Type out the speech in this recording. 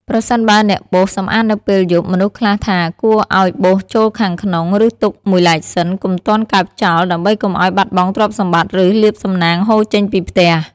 ប្រសិនបើអ្នកបោសសម្អាតនៅពេលយប់ មនុស្សខ្លះថាគួរឱ្យបោសចូលខាងក្នុង ឬទុកមួយឡែកសិន កុំទាន់កើបចោល ដើម្បីកុំឱ្យបាត់បង់ទ្រព្យសម្បត្តិ ឬ លាភសំណាងហូរចេញពីផ្ទះ ។